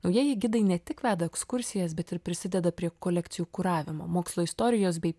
naujieji gidai ne tik veda ekskursijas bet ir prisideda prie kolekcijų kuravimo mokslo istorijos bei